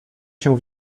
się